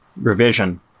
revision